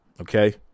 Okay